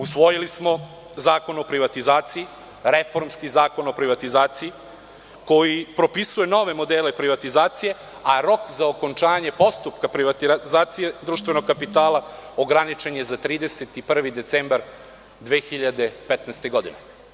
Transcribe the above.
Usvojili smo Zakon o privatizaciji, reformski Zakon o privatizaciji koji propisuje nove modele privatizacije, a rok za okončanje postupka privatizacije društvenog kapitala je ograničen na 31. decembar 2015. godine.